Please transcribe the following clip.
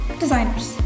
designers